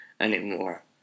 anymore